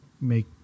make